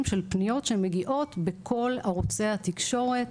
של פניות שמגיעות בכל ערוצי התקשורת,